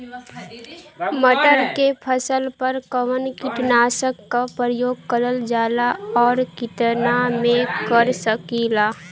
मटर के फसल पर कवन कीटनाशक क प्रयोग करल जाला और कितना में कर सकीला?